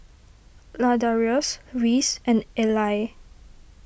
Ladarius Reese and Eli